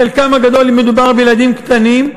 חלק גדול מהם ילדים קטנים,